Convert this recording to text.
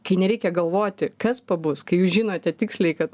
kai nereikia galvoti kas pabus kai jūs žinote tiksliai kad